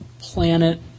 planet